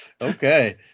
Okay